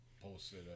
posted